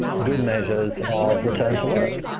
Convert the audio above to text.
good measures of return to work,